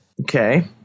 Okay